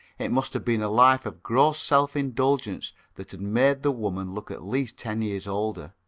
it must have been a life of gross self-indulgence that had made the woman look at least ten years older.